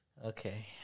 Okay